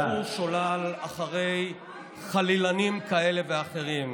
אל תלכו שולל אחרי חלילנים כאלו ואחרים.